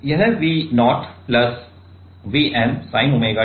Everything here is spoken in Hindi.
तो यह V0 प्लस का माइनस होगा